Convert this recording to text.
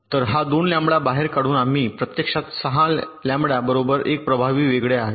तर हा 2 लॅम्बडा बाहेर काढून आम्ही प्रत्यक्षात 6 लॅम्बडा बरोबर एक प्रभावी वेगळे आहे